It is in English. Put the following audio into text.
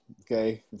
Okay